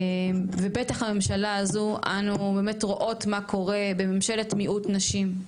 ובטח הממשלה הזו אנו באמת רואות מה קורה בממשלת מיעוט נשים,